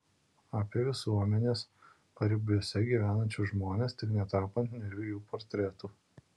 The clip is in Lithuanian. apie visuomenės paribiuose gyvenančius žmones tik netapant niūrių jų portretų